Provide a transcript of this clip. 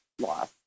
loss